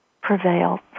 prevails